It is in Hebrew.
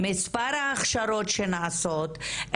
מספר ההכשרות שנעשות,